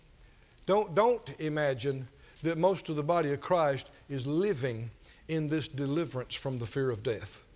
don't don't imagine that most of the body christ is living in this deliverance from the fear of death.